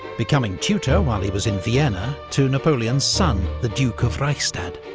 becoming tutor, while he was in vienna, to napoleon's son the duke of reichstadt.